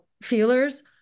feelers